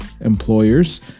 employers